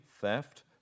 theft